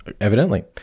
Evidently